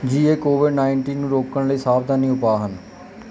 ਜੀ ਇਹ covid nineteen ਨੂੰ ਰੋਕਣ ਲਈ ਸਾਵਧਾਨੀ ਉਪਾਅ ਹਨ